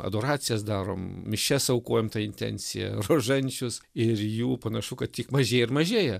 adoracijas darom mišias aukojam ta intencija rožančius ir jų panašu kad tik mažėja ir mažėja